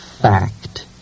fact